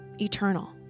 eternal